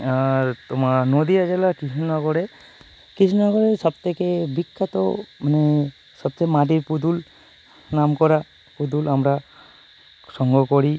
আর তোমার নদীয়া জেলার কৃষ্ণনগরে কৃষ্ণনগরে সবথেকে বিখ্যাত মানে সবচেয়ে মাটির পুতুল নাম করা পুতুল আমরা সংগ্রহ করি